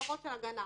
היה ויכוח אמיתי.